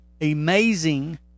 amazing